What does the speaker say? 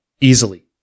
easily